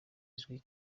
uzwi